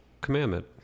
commandment